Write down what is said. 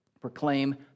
proclaim